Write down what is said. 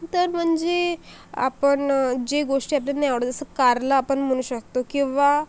तर म्हणजे आपण जे गोष्टी आपल्याला नाही आवडत जसं कारल आपण म्हणू शकतो किंवा